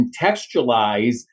contextualize